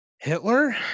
Hitler